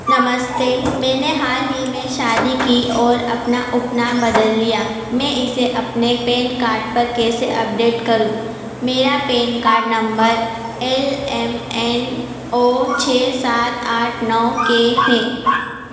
नमस्ते मैंने हाल ही में शादी की और अपना उपनाम बदल लिया मैं इसे अपने पैन कार्ड पर कैसे अपडेट करूँ मेरा PAN card number L M N O छः सात आठ नौ के है